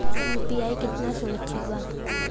UPI कितना सुरक्षित बा?